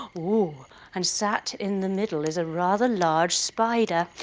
ah oh and sat in the middle is a rather large spider.